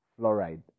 fluoride